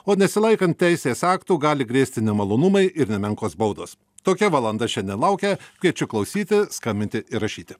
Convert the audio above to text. o nesilaikant teisės aktų gali grėsti nemalonumai ir nemenkos baudos tokia valanda šiandien laukia kviečiu klausyti skambinti ir rašyti